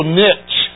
niche